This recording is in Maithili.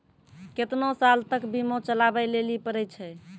केतना साल तक बीमा चलाबै लेली पड़ै छै?